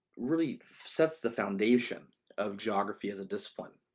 really sets the foundation of geography as a discipline.